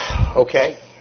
okay